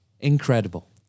Incredible